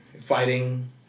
Fighting